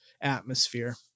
atmosphere